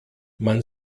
man